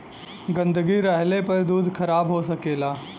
गन्दगी रहले पर दूध खराब हो सकेला